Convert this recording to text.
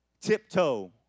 tiptoe